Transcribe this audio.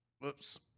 Whoops